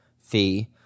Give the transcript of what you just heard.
fee